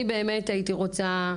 באמת הייתי רוצה,